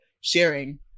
sharing